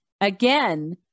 again